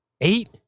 eight